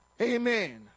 Amen